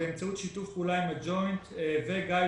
באמצעות שיתוף פעולה עם הג'וינט וגיידסטאר,